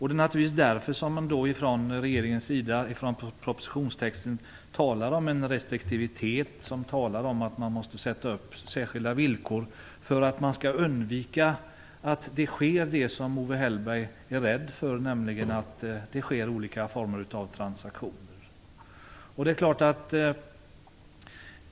Det är naturligtvis därför som regeringen i propositionstexten talar om en restriktivitet, om att man måste sätta upp särskilda villkor för att undvika olika former av sådana transaktioner som Owe Hellberg är rädd för.